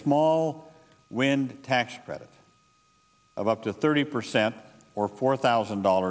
small wind tax credit of up to thirty percent or four thousand dollars